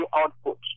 output